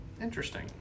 Interesting